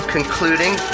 Concluding